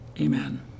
Amen